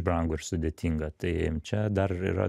brangu ir sudėtinga tai čia dar ir yra